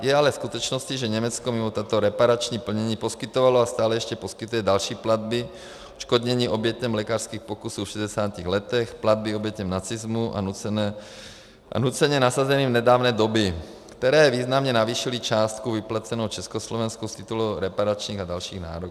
Je ale skutečností, že Německo mimo tohoto reparačního plnění poskytovalo a stále ještě poskytuje další platby odškodnění obětem lékařských pokusů v 60. letech, platby obětem nacismu a nuceně nasazeným nedávné doby, které významně navýšily částku vyplacenou Československu z titulu reparačních a dalších nároků.